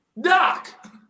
Doc